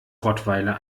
rottweiler